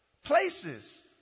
Places